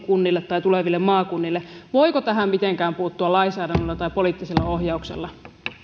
tuleville maakunnille voiko tähän mitenkään puuttua lainsäädännöllä tai poliittisella ohjauksella